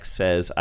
says